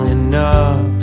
enough